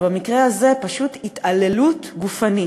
ובמקרה הזה פשוט התעללות גופנית.